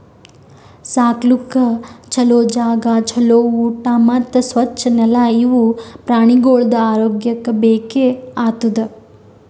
ಸಾಕ್ಲುಕ್ ಛಲೋ ಜಾಗ, ಛಲೋ ಊಟಾ ಮತ್ತ್ ಸ್ವಚ್ ನೆಲ ಇವು ಪ್ರಾಣಿಗೊಳ್ದು ಆರೋಗ್ಯಕ್ಕ ಬೇಕ್ ಆತುದ್